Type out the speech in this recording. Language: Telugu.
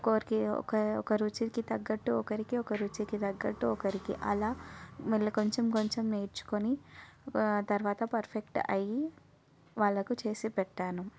ఒక్కొక్కరికి ఒక్క ఒక్క రుచికి తగ్గట్టు ఒకరికి ఒకరు రుచికి తగ్గట్టు ఒకరికి అలా మళ్ళీ కొంచెం కొంచెం నేర్చుకొని తరువాత పర్ఫెక్ట్ అయి వాళ్ళకి చేసి పెట్టాను